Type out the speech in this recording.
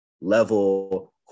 level